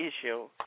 issue